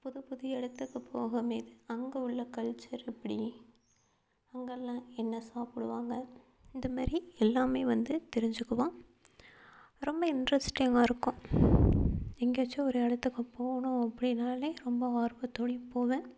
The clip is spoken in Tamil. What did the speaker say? புது புதிய இடத்துக்கு போகும் போது அங்கே உள்ள கல்ச்சர் எப்படி அங்கெல்லாம் என்ன சாப்பிடுவாங்க அந்த மாரி எல்லாம் வந்து தெரிஞ்சிக்குவான் ரொம்ப இன்ட்ரெஸ்ட்டிங்காக இருக்கும் எங்கேயாச்சும் ஒரு இடத்துக்கு போனோம் அப்படின்னாலே ரொம்ப ஆர்வத்தோடையும் போவேன்